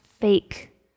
fake